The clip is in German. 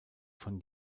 von